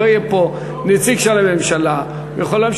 שלא יהיה פה נציג של הממשלה, זמנו בידיו.